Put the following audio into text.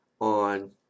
on